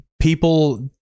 people